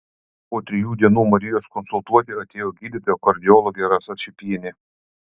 po trijų dienų marijos konsultuoti atėjo gydytoja kardiologė rasa čypienė